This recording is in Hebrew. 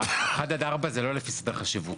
אחד עד ארבע זה לא לפי סדר חשיבות,